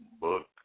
book